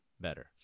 better